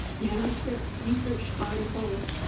manuscripts, research articles,